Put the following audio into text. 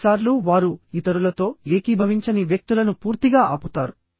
కొన్నిసార్లు వారు ఇతరులతో ఏకీభవించని వ్యక్తులను పూర్తిగా ఆపుతారు